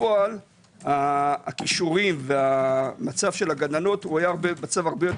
בפועל הכישורים והמצב של הגננות היה הרבה יותר